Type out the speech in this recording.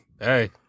Hey